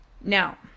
Now